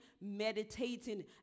meditating